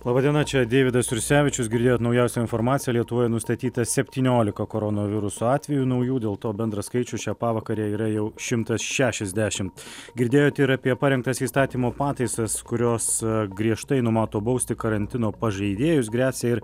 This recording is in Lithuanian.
laba diena čia deividas jursevičius girdėjot naujausią informaciją lietuvoje nustatyta septyniolika koronaviruso atvejų naujų dėl to bendras skaičius šią pavakarę yra jau šimtas šešiasdešimt girdėjote ir apie parengtas įstatymo pataisas kurios griežtai numato bausti karantino pažeidėjus gresia ir